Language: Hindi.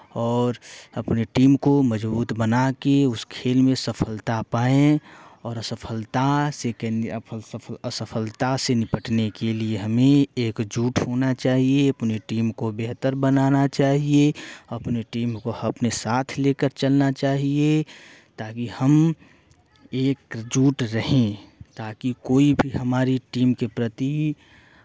और अपने टीम को मज़बूत बना के उस खेल में सफलता पाएं और असफलता से के लिए असफलता से निपटने के लिए हमें एकजुट होना चाहिए अपने टीम को बेहतर बनाना चाहिए अपने टीम को अपने साथ ही लेकर चलना चाहिए ताकि हम एकजुट रहें ताकि कोई भी हमारी टीम के प्रति